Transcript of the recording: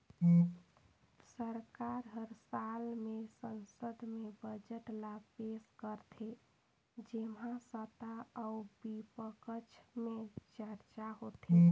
सरकार हर साल में संसद में बजट ल पेस करथे जेम्हां सत्ता अउ बिपक्छ में चरचा होथे